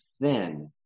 thin